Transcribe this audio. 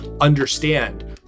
understand